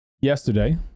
yesterday